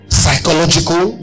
psychological